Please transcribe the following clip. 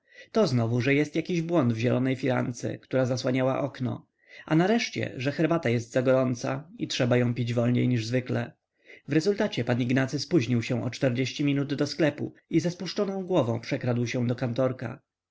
to znowu że jest jakiś błąd w zielonej firance która zasłaniała okno a nareszcie że herbata jest za gorąca i trzeba ją pić wolniej niż zwykle w rezultacie pan ignacy spóźnił się o czterdzieści minut do sklepu i ze spuszczoną głową przekradł się do kantorka